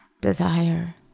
desire